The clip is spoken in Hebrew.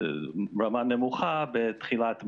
רמה נמוכה בתחילת מאי.